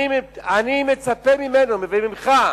אני מצפה ממנו וממך,